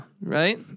right